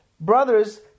brothers